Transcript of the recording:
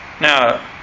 Now